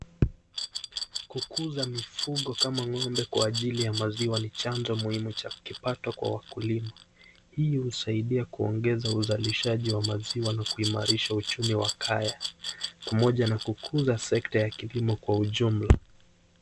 Kukuza mifugo kama ngombe kwa ajili ya maziwa ni chanzo muhimu cha kipato kwa wakulima hii husaidia kuongeza uzalishaji wa maziwa nakuimarisha uchumi wa kaya pamoja na kukuza sekta ya kilimo kwa ujumla.